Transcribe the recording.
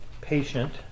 patient